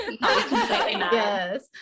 Yes